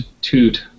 toot